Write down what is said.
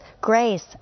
grace